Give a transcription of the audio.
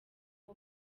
aho